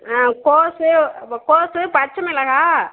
ஆ கோசு கோசு பச்சை மிளகாய்